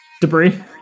debris